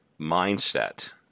mindset